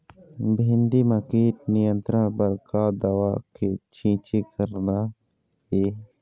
भिंडी म कीट नियंत्रण बर का दवा के छींचे करना ये?